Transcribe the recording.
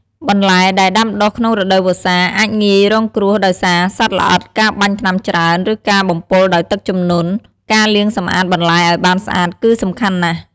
បន្លែដែលដាំដុះក្នុងរដូវវស្សា អាចងាយរងគ្រោះដោយសារសត្វល្អិត ការបាញ់ថ្នាំច្រើន ឬការបំពុលដោយទឹកជំនន់ ការលាងសម្អាតបន្លែឱ្យបានស្អាតគឺសំខាន់ណាស់។